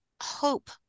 hope